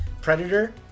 Predator